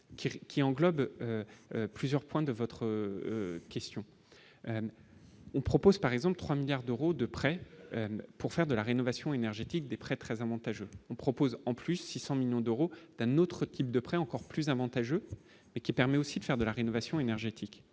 qui englobe plusieurs points de votre question, on propose par exemple 3 milliards d'euros de prêt pour faire de la rénovation énergétique des prêts très avantageux, on propose en plus 600 millions d'euros d'un autre type de près encore plus avantageux, mais qui permet aussi de faire de la rénovation énergétique